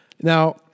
Now